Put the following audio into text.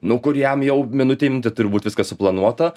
nu kur jam jau minutė į minutę turi būt viskas suplanuota